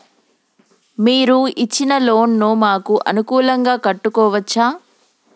మీరు ఇచ్చిన లోన్ ను మాకు అనుకూలంగా కట్టుకోవచ్చా?